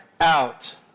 out